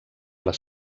les